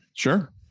sure